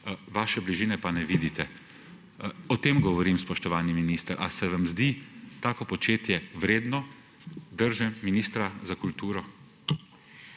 vaše bližine pa ne vidite. O tem govorim, spoštovani minister. Ali se vam zdi tako početje vredno drže ministra za kulturo?